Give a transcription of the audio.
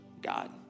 God